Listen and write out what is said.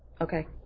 Okay